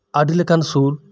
ᱟᱹᱰᱤᱞᱮᱠᱟᱱ ᱥᱩᱨ